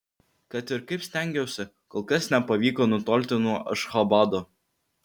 kad ir kaip stengiausi kol kas nepavyko nutolti nuo ašchabado